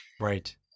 Right